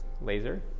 laser